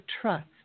trust